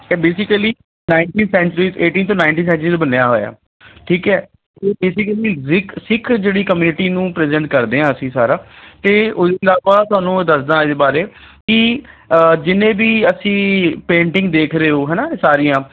ਇਹ basically nineteen century eighteen ਤੋਂ nineteen century ਤੋਂ ਬਣਿਆ ਹੋਇਆ ਠੀਕ ਹੈ ਅਤੇ ਬੇਸਿਕਲੀ ਬ੍ਰਿਕ ਸਿੱਖ ਜਿਹੜੀ ਕਮਿਊਨਿਟੀ ਨੂੰ ਪ੍ਰਜੈਂਟ ਕਰਦੇ ਹਾਂ ਅਸੀਂ ਸਾਰਾ ਅਤੇ ਉਹਦੇ ਨਾਲ ਆਪਾਂ ਤੁਹਾਨੂੰ ਦੱਸਦਾ ਇਹਦੇ ਬਾਰੇ ਕਿ ਜਿੰਨੇ ਵੀ ਅਸੀਂ ਪੇਂਟਿੰਗ ਦੇਖ ਰਹੇ ਹੋ ਹੈ ਨਾ ਸਾਰੀਆਂ